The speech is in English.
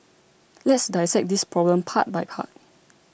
let's dissect this problem part by part